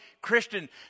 Christian